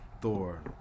Thor